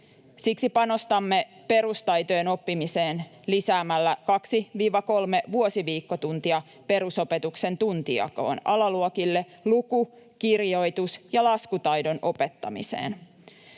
Siksi panostamme perustaitojen oppimiseen lisäämällä 2—3 vuosiviikkotuntia perusopetuksen tuntijakoon alaluokille luku-, kirjoitus- ja laskutaidon opettamiseen.